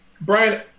Brian